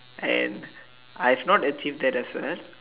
and I've not achieve that also